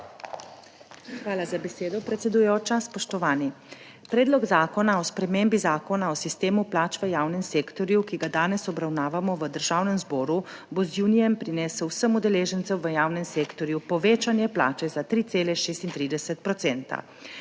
Hvala za besedo, predsedujoča. Spoštovani! Predlog zakona o spremembi Zakona o sistemu plač v javnem sektorju, ki ga danes obravnavamo v Državnem zboru, bo z junijem prinesel vsem udeležencem v javnem sektorju povečanje plače za 3,36